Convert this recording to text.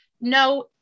No